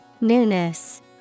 Newness